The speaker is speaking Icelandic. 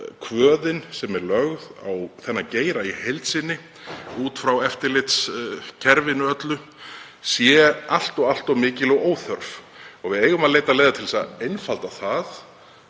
kvöðin sem er lögð á þennan geira í heild sinni út frá eftirlitskerfinu öllu sé allt of mikil og óþörf. Við eigum að leita leiða til að einfalda það